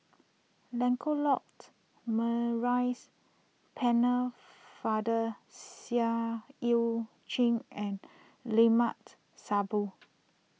Lancelot Maurice Pennefather Seah Eu Chin and Limat Sabtu